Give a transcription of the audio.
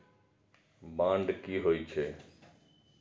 Bond की होई छै?